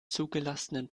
zugelassenen